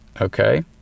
okay